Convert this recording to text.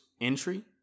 entry